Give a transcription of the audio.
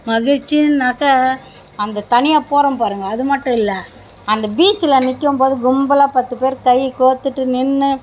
மகிழ்ச்சினாக்கா அந்த தனியாக போகிறோம் பாருங்கள் அது மட்டும் இல்லை அந்த பீச்சில் நிக்கும் போது கும்பலா பத்து பேர் கை கோர்த்துட்டு நின்று